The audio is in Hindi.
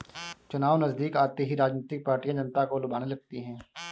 चुनाव नजदीक आते ही राजनीतिक पार्टियां जनता को लुभाने लगती है